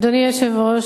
אדוני היושב-ראש,